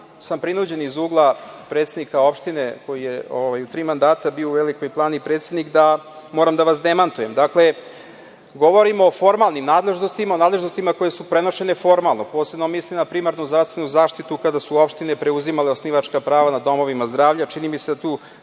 Prinuđen sam iz ugla predsednika opštine koji je u tri mandata bio u Velikoj Plani predsednik da moram da vas demantujem. Dakle, govorimo o formalnim nadležnostima, nadležnostima koje su prenešene formalno, a posebno mislim na primarnu zdravstvenu zaštitu, kada su opštine preuzimale osnivačka prava nad domovima zdravlja, čini mi se da tu